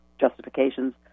justifications